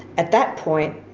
at that point,